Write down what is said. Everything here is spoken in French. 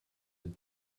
êtes